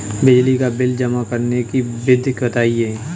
बिजली का बिल जमा करने की विधि बताइए?